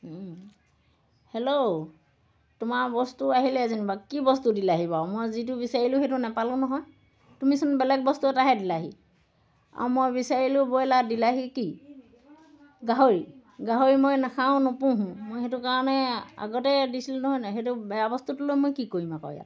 hello তোমাৰ বস্তু আহিলে যেনিবা কি বস্তু দিলাহি বাৰু মই যিটো বিচাৰিলোঁ সেইটো নাপালো নহয় তুমিচোন বেলেগ বস্তু এটা হে দিলাহি আৰু মই বিচাৰিলোঁ ব্ৰইলাৰ দিলাহি কি গাহৰি গাহৰি মই নাখাওঁ নুপোহো মই সেইটো কাৰণে আগতে দিছিলোঁ নহয় নহয় সেইটো বেয়া বস্তুটো লৈ মই কি কৰিম আকৌ ইয়াত